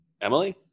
Emily